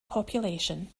population